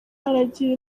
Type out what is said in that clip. aragira